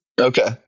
Okay